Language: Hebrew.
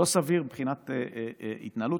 לא סביר מבחינת התנהלות.